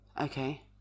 Okay